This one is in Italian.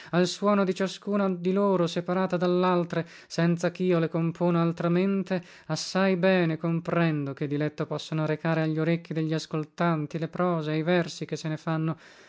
al suono di ciascuna di loro separata dallaltre senza chio le compona altramente assai bene comprendo che diletto possano recare aglorecchi degli ascoltanti le prose e i versi che se ne fanno